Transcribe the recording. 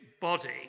body